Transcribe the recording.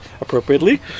appropriately